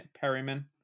perryman